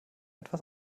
etwas